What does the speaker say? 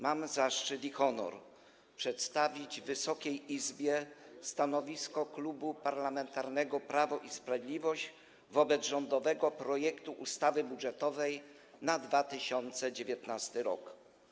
Mam zaszczyt i honor przedstawić Wysokiej Izbie stanowisko Klubu Parlamentarnego Prawo i Sprawiedliwość wobec rządowego projektu ustawy budżetowej na 2019 r.